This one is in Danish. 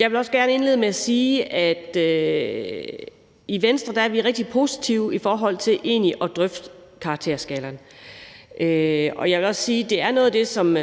Jeg vil gerne indlede med at sige, at vi i Venstre egentlig er rigtig positive over for at drøfte karakterskalaen. Og jeg vil også sige, at det er noget af det, som